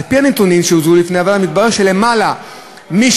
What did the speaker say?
על-פי הנתונים שהוצגו לפני הוועדה מתברר שיותר מ-60%